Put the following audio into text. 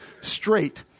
straight